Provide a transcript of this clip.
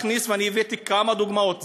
ואני הבאתי כמה דוגמאות.